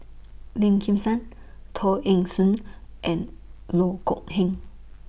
Lim Kim San Teo Eng Seng and Loh Kok Heng